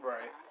Right